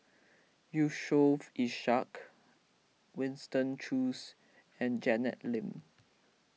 Yusof Ishak Winston Choos and Janet Lim